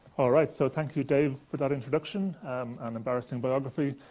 alright, so thank you dave, for that introduction and embarrassing biography.